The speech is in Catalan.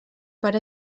per